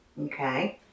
Okay